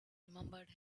remembered